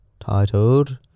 Titled